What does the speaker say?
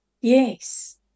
Yes